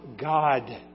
God